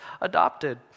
adopted